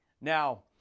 Now